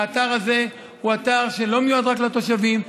האתר הזה הוא אתר שלא מיועד רק לתושבים,